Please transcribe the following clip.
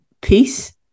peace